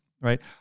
right